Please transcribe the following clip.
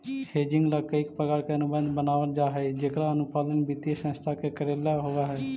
hedging ला कईक प्रकार के अनुबंध बनवल जा हई जेकर अनुपालन वित्तीय संस्था के कऽरेला होवऽ हई